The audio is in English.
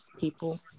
people